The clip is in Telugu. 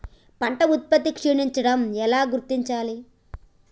పంట ఉత్పత్తి క్షీణించడం ఎలా గుర్తించాలి?